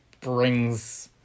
brings